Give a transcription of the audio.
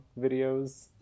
videos